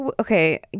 okay